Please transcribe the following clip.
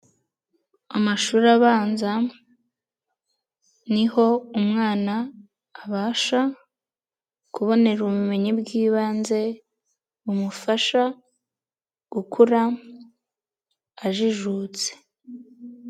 Amashuri abanza ni ho umwana abasha kubonera ubumenyi bw'ibanze bumufasha gukura ajijutse.